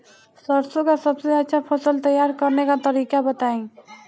सरसों का सबसे अच्छा फसल तैयार करने का तरीका बताई